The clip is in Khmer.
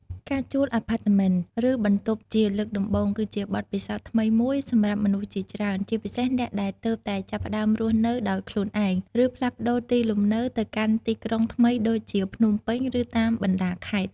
ការជួលអាផាតមិន ឬបន្ទប់ជាលើកដំបូង គឺជាបទពិសោធន៍ថ្មីមួយសម្រាប់មនុស្សជាច្រើន ជាពិសេសអ្នកដែលទើបតែចាប់ផ្តើមរស់នៅដោយខ្លួនឯង ឬផ្លាស់ប្តូរទីលំនៅទៅកាន់ទីក្រុងថ្មីដូចជាភ្នំពេញ ឬតាមបណ្តាខេត្ត។